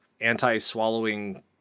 anti-swallowing